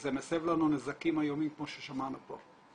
וזה מסב לנו נזקים איומים כמו ששמענו פה.